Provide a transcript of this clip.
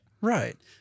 Right